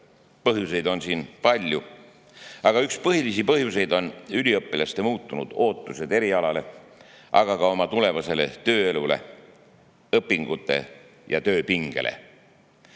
Põhjuseid on siin palju, aga üks põhilisi on üliõpilaste muutunud ootused erialale, aga ka oma tulevasele tööelule, õpingute ja töö pingele.